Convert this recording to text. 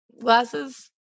glasses